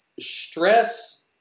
Stress